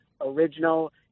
original